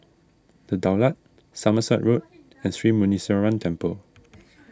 the Daulat Somerset Road and Sri Muneeswaran Temple